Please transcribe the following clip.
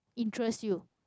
interest you